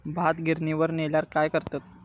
भात गिर्निवर नेल्यार काय करतत?